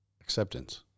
acceptance